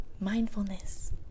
Mindfulness